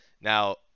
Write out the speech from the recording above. Now